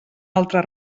altra